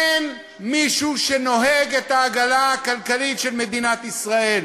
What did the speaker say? אין מישהו שנוהג את העגלה הכלכלית של מדינת ישראל.